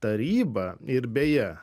taryba ir beje